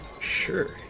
sure